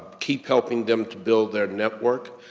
keep helping them to build their network.